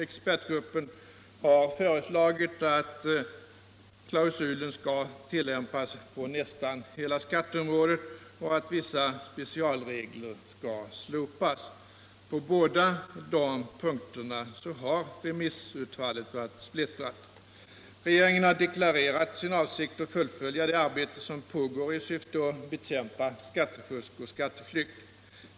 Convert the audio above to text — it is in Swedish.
Expertgruppen har föreslagit att klausulen skall tillämpas på nästan hela skatteområdet och att vissa specialregler skall slopas. På båda dessa punkter har remissutfallet varit splittrat. Regeringen har deklarerat sin avsikt att fullfölja det arbete som pågår i syfte att bekämpa skattefusk och skatteflykt.